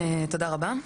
תודה רבה.